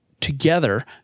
together